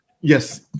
Yes